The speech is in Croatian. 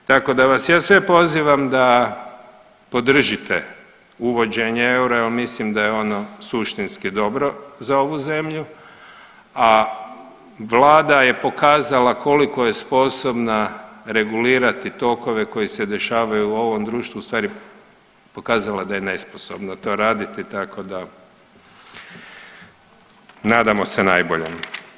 Tako da vas ja sve pozivam da podržite uvođenje eura jer mislim da je ono suštinski dobro za ovu zemlju, a vlada je pokazala koliko je sposobna regulirati tokove koji se dešavaju u ovom društvu ustvari pokazala je da je nesposobna to raditi tako da nadamo se najboljem.